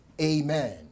amen